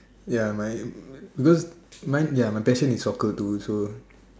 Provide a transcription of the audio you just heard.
ya my because mine my passion is soccer too so